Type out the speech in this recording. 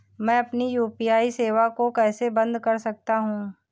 मैं अपनी यू.पी.आई सेवा को कैसे बंद कर सकता हूँ?